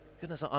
goodness